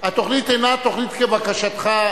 התוכנית אינה תוכנית כבקשתך,